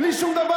בלי שום דבר.